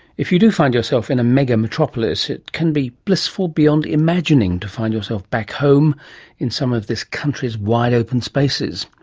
if you do find yourself in a mega metropolis it can be blissful beyond imagining to find yourself back home in some of this country's wide open spaces.